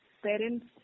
parents